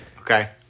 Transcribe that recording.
okay